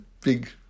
big